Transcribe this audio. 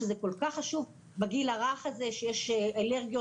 שזה כל כך חשוב בגיל הרך הזה כשיש אלרגיות,